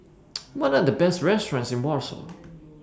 What Are The Best restaurants in Warsaw